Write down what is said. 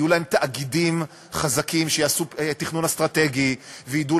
יהיו להן תאגידים חזקים שיעשו תכנון אסטרטגי וידעו